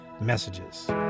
messages